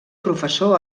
professor